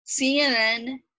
CNN